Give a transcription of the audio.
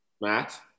Matt